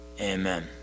Amen